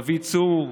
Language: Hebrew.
דוד צור,